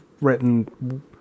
written